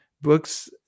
books